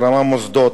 החרמת מוסדות,